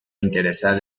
interesada